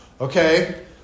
okay